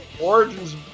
Origins